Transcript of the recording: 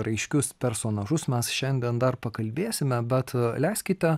raiškius personažus mes šiandien dar pakalbėsime bet leiskite